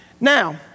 now